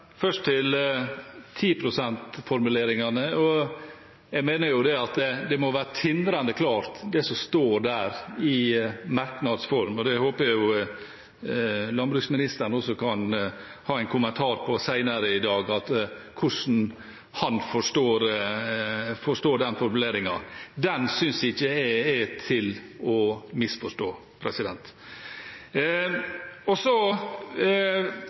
Først til 10 pst.-formuleringene: Jeg mener at det må være tindrende klart, det som står der i merknadsform, og det håper jeg også landbruksministeren kan ha en kommentar til senere i dag, hvordan han forstår den formuleringen. Den synes ikke jeg er til å misforstå. Til det andre spørsmålet legger jeg til grunn de opplysningene som jeg har fått knyttet til dette, og